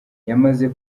yamaze